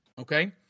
Okay